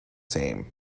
same